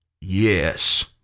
Yes